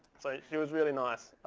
so she was really nice.